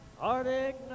Arctic